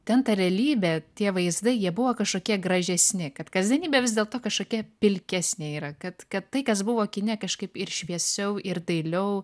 ten ta realybė tie vaizdai jie buvo kažkokie gražesni kad kasdienybė vis dėlto kažkokia pilkesnė yra kad kad tai kas buvo kine kažkaip ir šviesiau ir dailiau